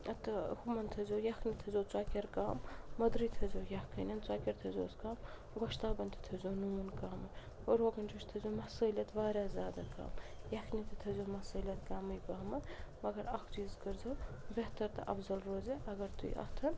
ٲں تہٕ ہُمَن تھٲیزیٛو یَکھنہِ تھٲیزیٛو ژۄکیٚر کَم موٚدرٕے تھٲیزیٛو یَکھٕنۍ ژۄکیٚر تھٲیزِہوس کَم گۄشتابَن تہِ تھٲیزیٛو نوٗن کَم روغن جوش تھٲیزیٛو مصٲلیَت واریاہ زیادٕ کَم یَکھنہِ تہِ تھٲیزیٛو مصٲلیت کَمٕے پَہمَتھ مگر اَکھ چیٖز کٔرزیٛو بہتر تہٕ افضل روزِ اگر تُہۍ اَتھ